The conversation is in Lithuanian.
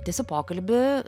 tęsiu pokalbį